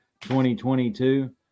2022